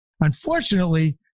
Unfortunately